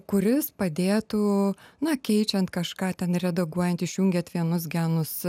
kuris padėtų na keičiant kažką ten redaguojant išjungiat vienus genus